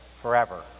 forever